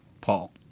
Paul